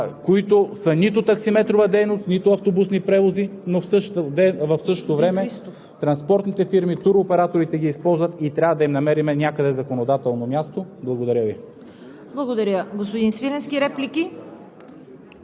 по транспорта и на Вашето внимание, където трябва да решим какво правим с този тип моторни превозни средства, които са нито таксиметрова дейност, нито автобусни превози, но в същото време